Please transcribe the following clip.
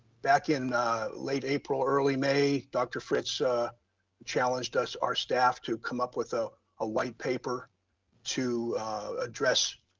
back in late april early may, dr. fritz challenged us, our staff to come up with a ah white paper to address